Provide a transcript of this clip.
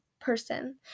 person